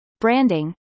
branding